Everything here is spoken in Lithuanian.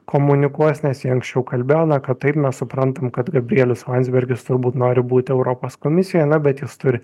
komunikuos nes jie anksčiau kalbėjo na kad taip mes suprantam kad gabrielius landsbergis turbūt nori būti europos komisijoj na bet jis turi